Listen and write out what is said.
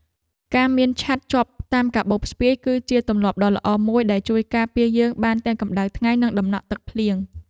ការមានឆ័ត្រជាប់តាមកាបូបស្ពាយ គឺជាទម្លាប់ដ៏ល្អមួយដែលជួយការពារយើងបានទាំងកម្តៅថ្ងៃនិងតំណក់ទឹកភ្លៀង។